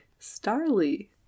Starly